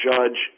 Judge